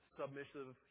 submissive